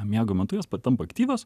miego metu jos patampa aktyvios